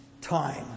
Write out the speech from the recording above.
time